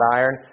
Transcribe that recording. iron